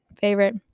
favorite